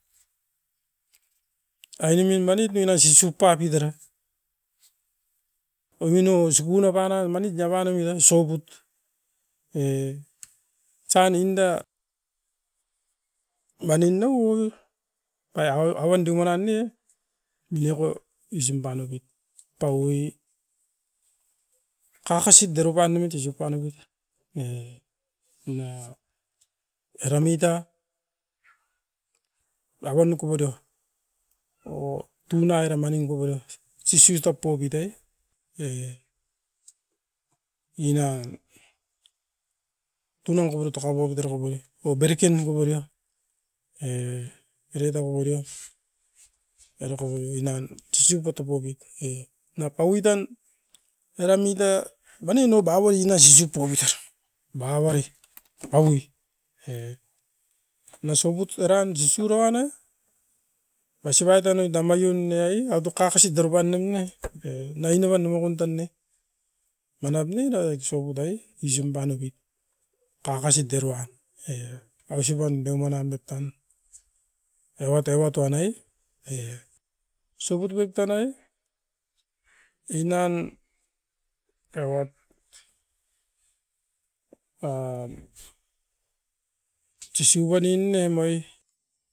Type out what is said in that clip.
Soput tan omait paut toan use panopet ne kakasit deroan, punakan sisipan, sosopenit sisiu pan. Amain tan tepet toan tan usim simut.